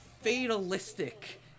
fatalistic